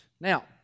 Now